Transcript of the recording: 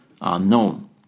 unknown